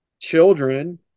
children